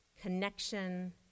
connection